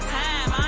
time